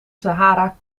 sahara